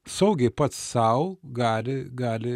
saugiai pats sau gali gali